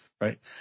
right